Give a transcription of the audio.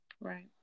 Right